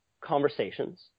conversations